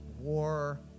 war